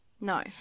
No